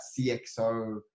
CXO